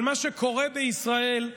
על מה שקורה בישראל,